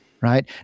right